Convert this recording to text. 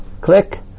click